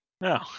No